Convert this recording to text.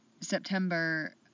September